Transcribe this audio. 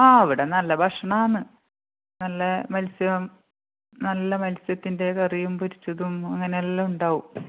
ആ അവിടെ നല്ല ഭക്ഷണമാണ് നല്ല മൽസ്യം നല്ല മത്സ്യത്തിൻ്റെ കറിയും പൊരിച്ചതും അങ്ങനെ എല്ലാം ഉണ്ടാവും